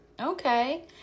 Okay